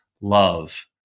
love